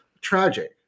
Tragic